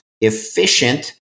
efficient